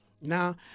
Now